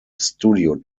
studio